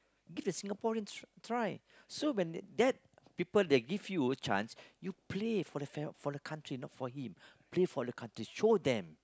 give the Singaporeans try so when that people they give you chance you play for the fam~ country not for him play for the country show them